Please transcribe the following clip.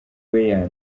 weah